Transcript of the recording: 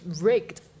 rigged